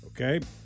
Okay